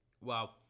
wow